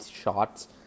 shots